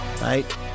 right